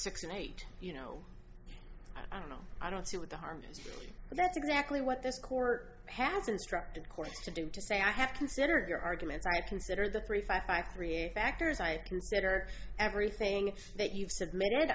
six and eight you know i don't know i don't see what the harm is but that's exactly what this court has instructed courts to do to say i have considered your arguments i consider the three five five three factors i consider everything that you've submitted